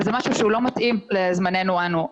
וזה משהו שהוא לא מתאים לזמננו אנו.